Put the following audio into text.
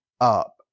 up